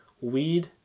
weed